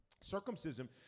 Circumcision